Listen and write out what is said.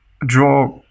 Draw